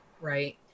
right